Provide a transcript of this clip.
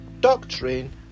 doctrine